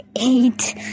eight